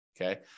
Okay